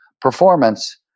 performance